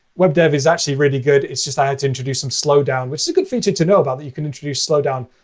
web dev is actually really good. it's just, i had to introduce some slowdown which is a good feature to know about, that you can introduce slowdown,